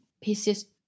pieces